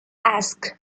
asked